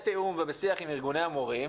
בתיאום ובשיח עם ארגוני המורים,